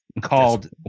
called